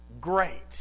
great